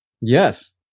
Yes